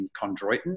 chondroitin